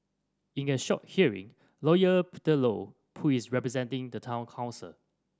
in a short hearing Lawyer Peter Low who is representing the Town Council